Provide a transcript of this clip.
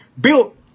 built